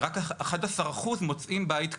רק 11% מוצאים בית קבוע,